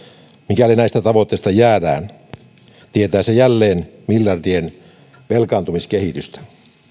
mikäli näistä tavoitteista jäädään tietää se jälleen miljardien velkaantumiskehitystä kun